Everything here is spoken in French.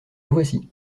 voici